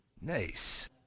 Nice